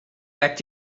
back